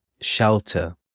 shelter